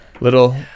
little